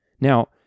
Now